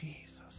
Jesus